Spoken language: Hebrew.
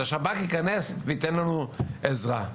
הוא ייכנס וייתן עזרה.